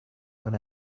going